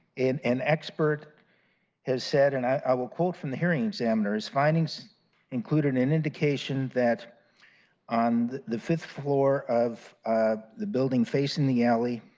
and an expert has said, and i will quote from the hearing examiner, the findings included an indication that on the fifth floor of ah the building facing the alley,